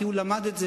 כי הוא למד את זה,